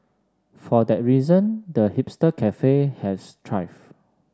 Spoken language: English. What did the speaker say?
for that reason the hipster cafe has thrived